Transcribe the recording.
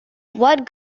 what